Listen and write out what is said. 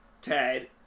Ted